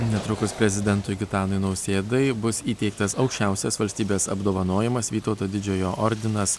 netrukus prezidentui gitanui nausėdai bus įteiktas aukščiausias valstybės apdovanojimas vytauto didžiojo ordinas